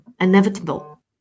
inevitable